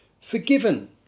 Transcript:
forgiven